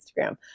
Instagram